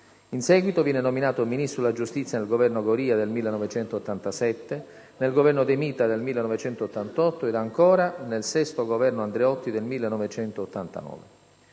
In seguito, viene nominato Ministro della giustizia nel Governo Goria del 1987, nel Governo De Mita del 1988 e, ancora, nel VI Governo Andreotti del 1989.